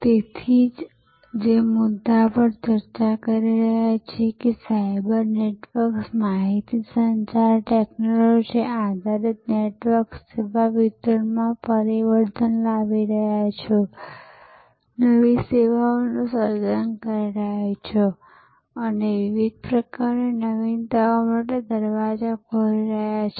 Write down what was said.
તેથી અમે જે મુદ્દા પર ચર્ચા કરી રહ્યા છીએ કે સાયબર નેટવર્ક્સ માહિતી સંચાર ટેક્નોલોજી આધારિત નેટવર્ક્સ સેવા વિતરણમાં પરિવર્તન લાવી રહ્યાં છે નવી સેવાઓનું સર્જન કરી રહ્યાં છે અને વિવિધ પ્રકારની નવીનતાઓ માટે દરવાજા ખોલી રહ્યાં છે